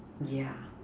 yeah